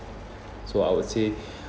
so I would say